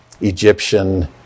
Egyptian